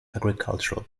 agricultural